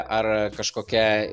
ar kažkokia